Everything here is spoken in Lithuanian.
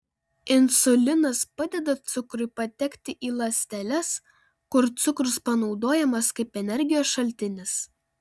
insulinas padeda cukrui patekti į ląsteles kur cukrus panaudojamas kaip energijos šaltinis